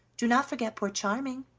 do not forget poor charming.